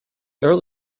earl